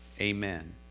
amen